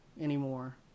anymore